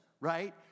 right